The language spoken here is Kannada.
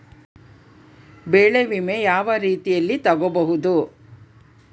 ಬೆಳೆ ವಿಮೆ ಯಾವ ರೇತಿಯಲ್ಲಿ ತಗಬಹುದು?